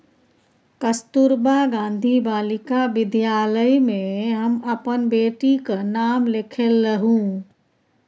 कस्तूरबा गांधी बालिका विद्यालय मे हम अपन बेटीक नाम लिखेलहुँ